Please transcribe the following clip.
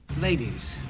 Ladies